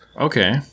Okay